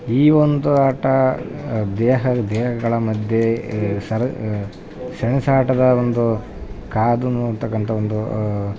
ಈ ಒಂದು ಆಟ ದೇಹ ದೇಹಗಳ ಮಧ್ಯೆ ಸರ ಸೆಣ್ಸಾಟ ಒಂದು ಕಾದು ನೋಡ್ತಕ್ಕಂಥ ಒಂದು